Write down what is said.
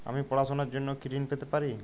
আমি পড়াশুনার জন্য কি ঋন পেতে পারি?